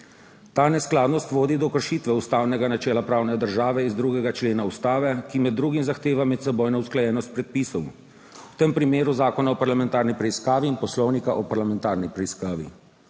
Ta neskladnost vodi do kršitve ustavnega načela pravne države iz 2. člena Ustave, ki med drugim zahteva medsebojno usklajenost predpisov, v tem primeru Zakona o parlamentarni preiskavi in Poslovnika o parlamentarni preiskavi.